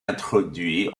introduit